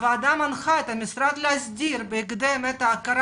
הוועדה מנחה את המשרד להסדיר בהקדם את ההכרה